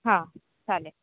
हां चालेल